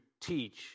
teach